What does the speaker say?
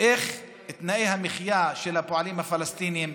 מבישות לתנאי המחיה של הפועלים הפלסטינים,